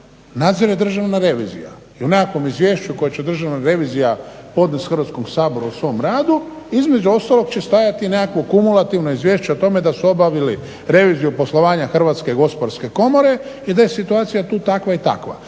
nadzire Državna revizija i u nekakvom izvješću koje će Državna revizija podnest Hrvatskom saboru u svom radu između ostalog će stajati nekakvo kumulativno izvješće o tome da su obavili reviziju poslovanja Hrvatske gospodarske komore i da je situacija tu takva i takva.